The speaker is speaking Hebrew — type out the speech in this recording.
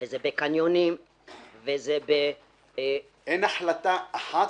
וזה בקניונים וב --- אין החלטה אחת?